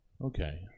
okay